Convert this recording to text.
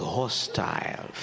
hostile